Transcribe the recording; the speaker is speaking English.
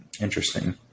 interesting